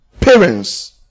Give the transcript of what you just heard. parents